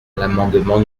l’amendement